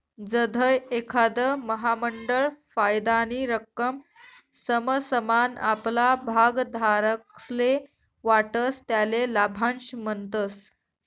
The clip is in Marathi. जधय एखांद महामंडळ फायदानी रक्कम समसमान आपला भागधारकस्ले वाटस त्याले लाभांश म्हणतस